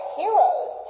heroes